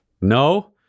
No